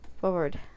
forward